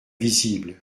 visible